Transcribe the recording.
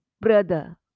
brother